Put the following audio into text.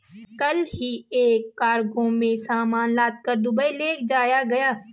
कल ही एक कार्गो में सामान लादकर दुबई ले जाया गया